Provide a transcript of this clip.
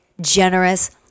generous